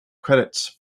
credits